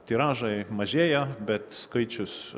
tiražai mažėja bet skaičius